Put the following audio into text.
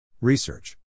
Research